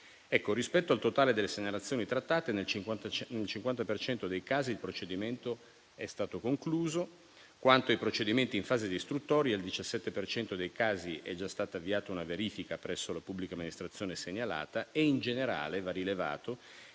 Rispetto al totale delle segnalazioni trattate, nel 50 per cento dei casi il procedimento è stato concluso; quanto ai procedimenti in fase di istruttoria, nel 17 per cento dei casi è già stata avviata una verifica presso la pubblica amministrazione segnalata, e in generale va rilevato